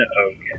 okay